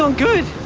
um good.